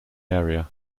area